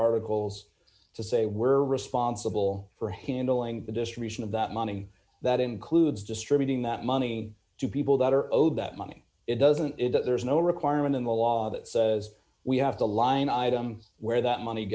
polls to say were responsible for handling the distribution of that money that includes distributing that money to people that are owed that money it doesn't it but there is no requirement in the law that says we have to line item where that money